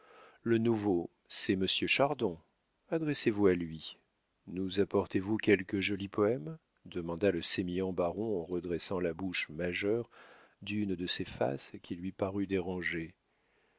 le nouveau c'est monsieur chardon adressez-vous à lui nous apportez vous quelque joli poème demanda le sémillant baron en redressant la boucle majeure d'une de ses faces qui lui parut dérangée